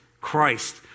Christ